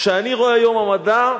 כשאני רואה את יום המדע,